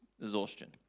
exhaustion